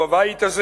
או בבית הזה,